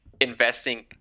investing